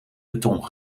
beton